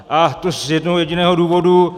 A to z jednoho jediného důvodu.